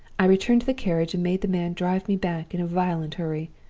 i returned to the carriage, and made the man drive me back in a violent hurry,